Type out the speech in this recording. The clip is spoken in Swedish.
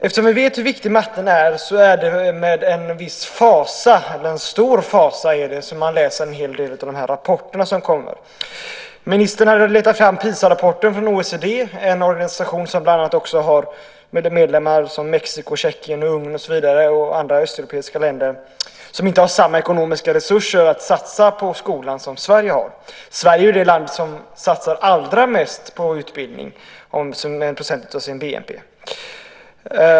Eftersom vi vet hur viktig matematiken är är det med stor fasa man läser en hel del av de rapporter som kommer. Ministern har letat fram PISA-rapporten från OECD, en organisation som bland annat har Mexiko, Tjeckien, Ungern och andra östeuropeiska länder som medlemmar - länder som inte har samma ekonomiska resurser att satsa på skolan som Sverige har. Sverige är det land som satsar allra mest på utbildning mätt i procent av BNP.